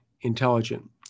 intelligent